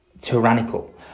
tyrannical